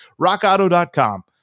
rockauto.com